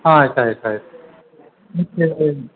ಆಯ್ತು ಆಯ್ತು ಆಯ್ತು